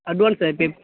advance எதா பே